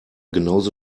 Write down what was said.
genauso